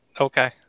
Okay